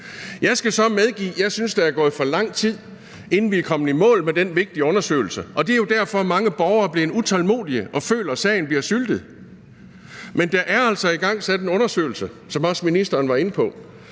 Jeg skal så medgive, at jeg synes, at der er gået for lang tid, inden vi er kommet i mål med den vigtige undersøgelse, og det er jo derfor, mange borgere er blevet utålmodige og føler, at sagen bliver syltet. Men der er altså igangsat en undersøgelse, som ministeren også var inde på.